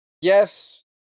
Yes